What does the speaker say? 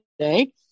today